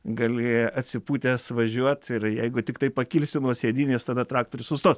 gali atsipūtęs važiuot ir jeigu tiktai pakilsi nuo sėdynės tada traktorius sustos